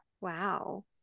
Wow